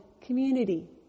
community